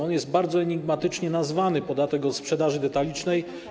On jest bardzo enigmatycznie nazwany: podatek od sprzedaży detalicznej.